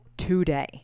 today